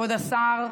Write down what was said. כבוד השר,